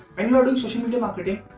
i mean are doing social media marketing,